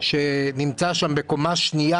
בקומה שנייה,